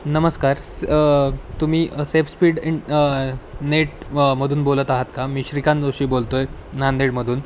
नमस्कार स तुम्ही सेफस्पीड इ नेट मधून बोलत आहात का मी श्रीकांत जोशी बोलतो आहे नांदेडमधून